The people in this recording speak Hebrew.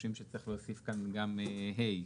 חושבים שצריך להוסיף כאן גם את תקנת משנה ה',